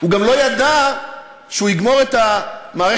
הוא גם לא ידע שהוא יגמור את מערכת